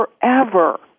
forever